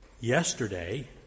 yesterday